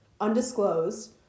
undisclosed